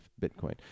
Bitcoin